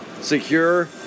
Secure